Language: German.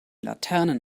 laternen